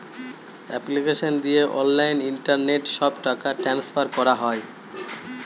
application দিয়ে online internet সব টাকা ট্রান্সফার করা হয়